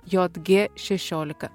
j g šešiolika